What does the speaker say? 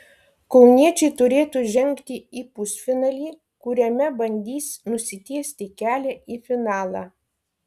kauniečiai turėtų žengti į pusfinalį kuriame bandys nusitiesti kelią į finalą